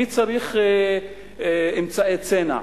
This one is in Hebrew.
מי צריך אמצעי צנע?